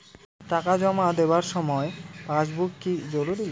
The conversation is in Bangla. টাকা জমা দেবার সময় পাসবুক কি জরুরি?